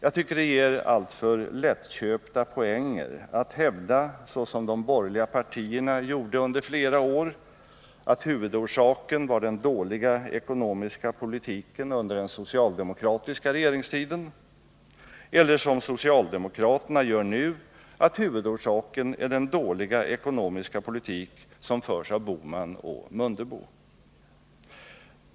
Jag tycker det ger alltför lättköpta poänger att hävda, som de borgerliga partierna gjorde under flera år, att huvudorsaken var den dåliga ekonomiska politiken under den socialdemokratiska regeringstiden eller, som socialdemokraterna nu hävdar, att huvudorsaken är den dåliga ekonomiska politik som förs av Gösta Bohman och Ingemar Mundebo.